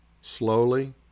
Slowly